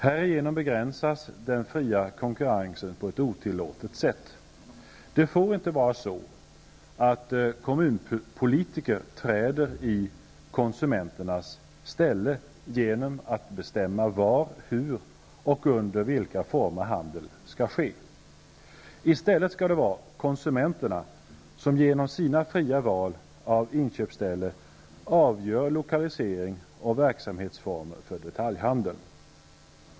Härigenom begränsas den fria konkurrensen på ett otillåtet sätt. Kommunpolitiker får inte träda i konsumenternas ställe genom att bestämma var, hur och under vilka former handel skall ske. I stället skall konsumenterna genom sina fria val av inköpsställen avgöra lokalisering och verksamhetsformer för detaljhandeln.